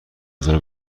گذار